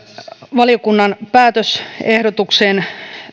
valiokunnan päätösehdotukseen